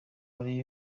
uri